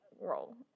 role